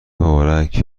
مبارک